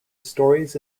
stories